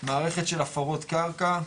מערכת של הפרות קרקע,